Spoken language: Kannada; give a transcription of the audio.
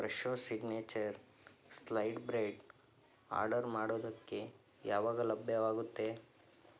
Fresho signature sliced bread order ಮಾಡೋದಕ್ಕೆ ಯಾವಾಗ ಲಭ್ಯವಾಗುತ್ತೆ